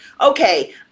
Okay